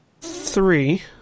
Three